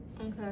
Okay